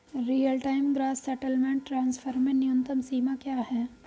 Real time gross settlement transfer में न्यूनतम सीमा क्या है?